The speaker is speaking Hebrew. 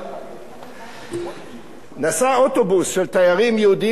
נסע אוטובוס של תיירים יהודים לארצות-הברית,